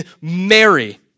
Mary